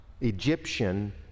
Egyptian